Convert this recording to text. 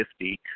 50